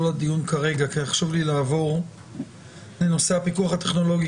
זה לא הדיון כרגע כי חשוב לי לעבור לנושא הפיתוח הטכנולוגי